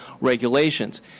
regulations